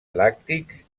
làctics